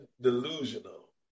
delusional